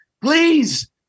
please